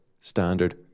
standard